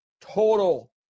total